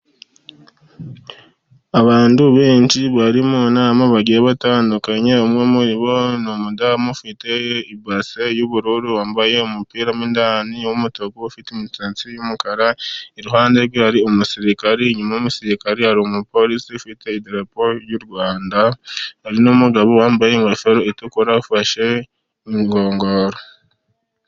Abantu benshi bari mu nama bagiye batandukanye, umwe muri bo ni umudamu ufite ibase y'ubururu, wambaye umupira mo indani w'umutuku ufite imitatsi y'umukara, iruhande rwe hari umusirikare, inyuma y'umusirikare hari umupolisi ufite idarapo ry'u Rwanda, n'umugabo wambaye ingofero itukura afashe inkongoro.